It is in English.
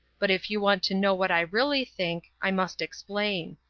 but if you want to know what i really think. i must explain.